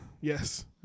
Yes